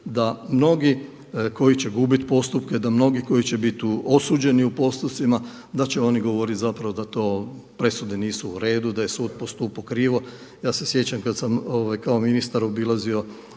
da mnogi koji će gubiti postupke, da mnogi koji će biti osuđeni u postupcima da će oni govoriti zapravo da to, presude nisu u redu, da je sud postupao krivo. Ja se sjećam kada sam kao ministar obilazio